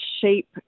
shape